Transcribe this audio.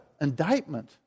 indictment